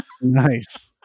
Nice